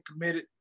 committed